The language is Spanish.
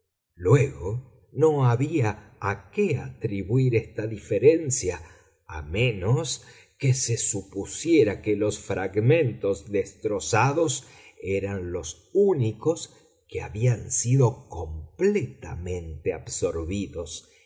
luego no había a que atribuir esta diferencia a menos que se supusiera que los fragmentos destrozados eran los únicos que habían sido completamente absorbidos